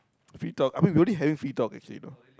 have we talk I mean we only having free talk actually you know